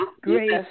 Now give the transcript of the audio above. great